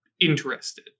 interested